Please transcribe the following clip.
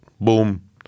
Boom